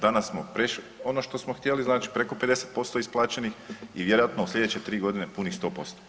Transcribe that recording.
Danas smo prešli ono što smo htjeli, znači preko 50% isplaćenih i vjerojatno u sljedeće 3 godine punih 100%